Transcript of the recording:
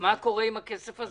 מה קורה עם הכסף הזה?